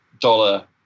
dollar